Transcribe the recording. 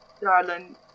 Darling